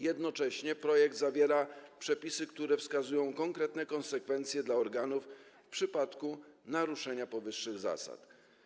Jednocześnie projekt zawiera przepisy, które wskazują konkretne konsekwencje dla organów w przypadku naruszania powyższych zasad.